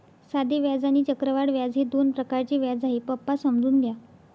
साधे व्याज आणि चक्रवाढ व्याज हे दोन प्रकारचे व्याज आहे, पप्पा समजून घ्या